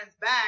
back